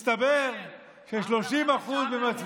רם, היו